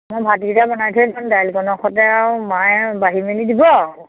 মই ভাতকেইটা বনাই থৈ যাম দাইলকণৰ সৈতে আৰু মায়ে বাঢ়ি মেলি দিব আক